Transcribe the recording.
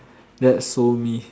that's so me